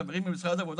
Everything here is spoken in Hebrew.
החברים במשרד העבודה,